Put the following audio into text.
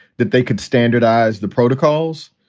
that they could standardize the protocols,